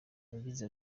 yagize